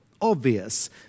Obvious